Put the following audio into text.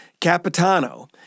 Capitano